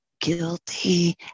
guilty